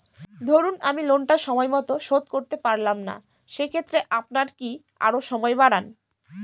ধরুন আমি লোনটা সময় মত শোধ করতে পারলাম না সেক্ষেত্রে আপনার কি আরো সময় বাড়ান?